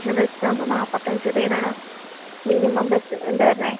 പക്ഷെ ബസ്സ് ആകുമ്പോൾ നാൽപ്പത്തി അഞ്ച് പേര് ആണ് മിനിമം ബസ്സ് എന്താ വരുന്നെ